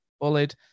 bullied